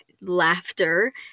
laughter